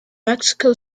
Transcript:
mexico